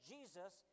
Jesus